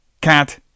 Cat